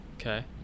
Okay